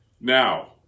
Now